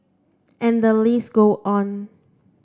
and the list go on